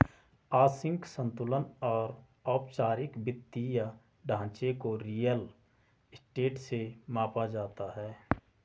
आंशिक संतुलन और औपचारिक वित्तीय ढांचे को रियल स्टेट से मापा जाता है